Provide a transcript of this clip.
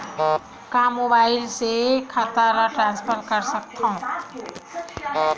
का मोबाइल से खाता म ट्रान्सफर कर सकथव?